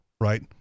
right